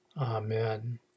Amen